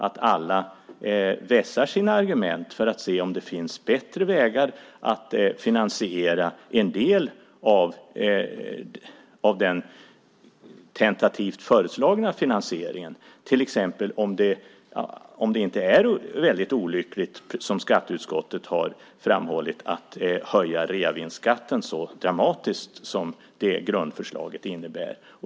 Då kan vi se om det finns bättre vägar att finansiera en del av den tentativt föreslagna finansieringen. Det kanske till exempel är olyckligt, vilket skatteutskottet har framhållit, att höja reavinstskatten så dramatiskt som grundförslaget innebär.